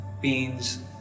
beans